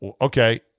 okay